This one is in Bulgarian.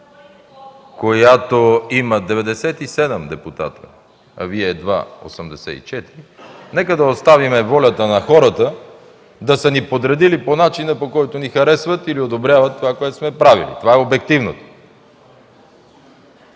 която има 97 депутати, а Вие едва 84, нека да оставим волята на хората да са ни подредили по начина, по който ни харесват или одобряват това, което сме правили. Това е обективното.